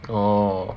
orh